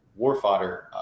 warfighter